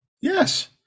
Yes